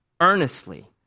earnestly